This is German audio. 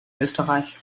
österreich